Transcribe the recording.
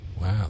Wow